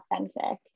authentic